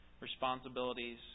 responsibilities